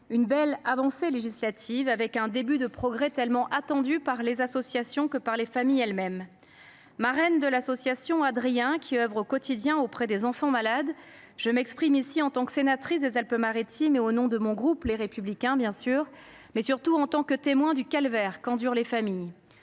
une belle avancée législative représentant un premier progrès tant attendu par les associations et par les familles elles mêmes. Marraine de l’association Adrien, qui œuvre au quotidien auprès des enfants malades, je m’exprime en tant que sénatrice des Alpes Maritimes et, bien sûr, au nom du groupe Les Républicains, mais avant tout en tant que témoin du calvaire qu’endurent les familles.